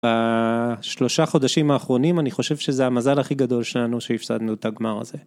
בשלושה חודשים האחרונים אני חושב שזה המזל הכי גדול שלנו שהפסדנו את הגמר הזה.